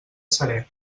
serè